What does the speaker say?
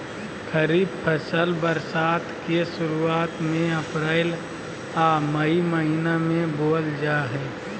खरीफ फसल बरसात के शुरुआत में अप्रैल आ मई महीना में बोअल जा हइ